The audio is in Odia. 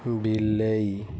ବିଲେଇ